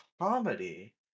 comedy